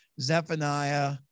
Zephaniah